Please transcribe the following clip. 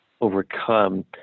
overcome